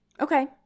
okay